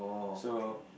so